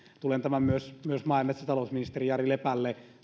tulen tämän tekstin myös maa ja metsätalousministeri jari lepälle